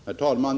Herr talman!